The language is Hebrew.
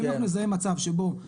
אם אנחנו נזהה מצב שבו,